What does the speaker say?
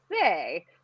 say